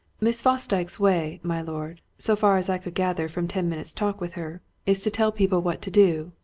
miss fosdyke's way, my lord so far as i could gather from ten minutes' talk with her is to tell people what to do,